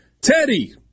Teddy